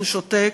והוא שותק,